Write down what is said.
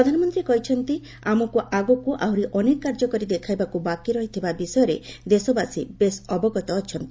ପ୍ରଧାନମନ୍ତ୍ରୀ କହିଛନ୍ତି ଆମକୁ ଆହୁରି ଅନେକ କାର୍ଯ୍ୟ କରି ଦେଖାଇବାକୁ ବାକି ରହିଥିବା ବିଷୟରେ ଦେଶବାସୀ ବେଶ୍ ଅବଗତ ଅଛନ୍ତି